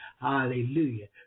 Hallelujah